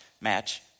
match